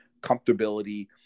comfortability